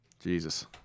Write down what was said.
Jesus